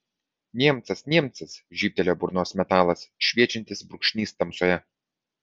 niemcas niemcas žybtelėjo burnos metalas šviečiantis brūkšnys tamsoje